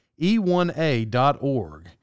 e1a.org